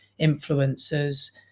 influencers